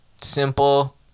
simple